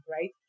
right